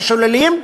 ששוללים,